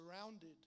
surrounded